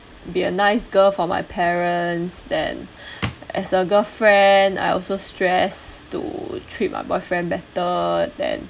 be a nice girl for my parents then as a girlfriend I also stress to treat my boyfriend better then